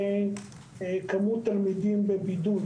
אתמול היו 47,000 תלמידים בבידוד.